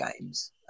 games